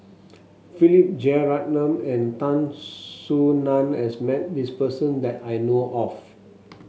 Philip Jeyaretnam and Tan Soo Nan has met this person that I know of